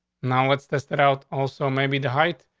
now, let's test it out also, maybe the height.